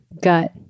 Gut